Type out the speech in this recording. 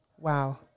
Wow